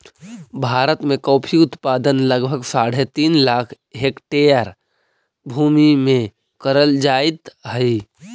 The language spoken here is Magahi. भारत में कॉफी उत्पादन लगभग साढ़े तीन लाख हेक्टेयर भूमि में करल जाइत हई